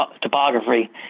topography